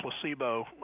placebo